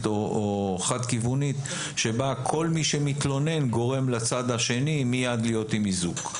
או חד כיוונית בה כל מי שמתלונן גורם לצד השני להיות מיד עם איזוק.